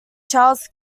charles